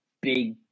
big